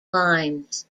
lines